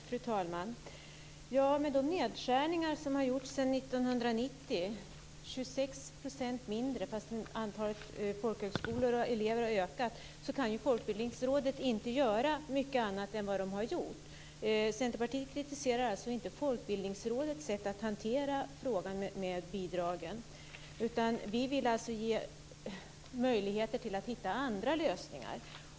Fru talman! Med de nedskärningar som gjorts sedan 1990 - 26 % mindre, trots att antalet folkhögskoleelever har ökat - kan Folkbildningsrådet inte göra mycket mer än man gjort. Vi i Centerpartiet kritiserar alltså inte Folkbildningsrådets sätt att hantera frågan om bidragen, utan vi vill ge möjligheter så att det går att hitta andra lösningar.